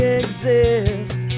exist